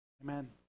Amen